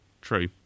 true